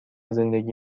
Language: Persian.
زندگی